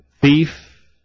thief